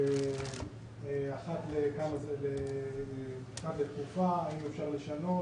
קוו ואחת לתקופה בוחנים אם אפשר לשנות,